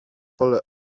pole